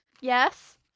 Yes